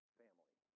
family